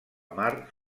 mar